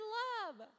love